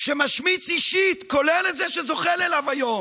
שמשמיץ אישית, כולל את זה שזוחל אליו היום.